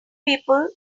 people